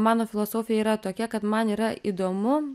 mano filosofija yra tokia kad man yra įdomu